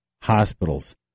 hospitals